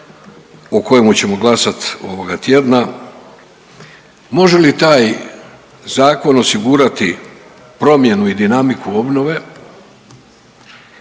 o kojemu ćemo glasati ovoga tjedna. Može li taj zakon osigurati promjenu i dinamiku obnove?